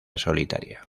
solitaria